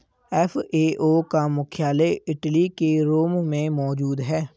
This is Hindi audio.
एफ.ए.ओ का मुख्यालय इटली के रोम में मौजूद है